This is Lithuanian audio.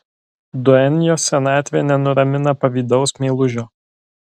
duenjos senatvė nenuramina pavydaus meilužio